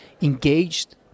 engaged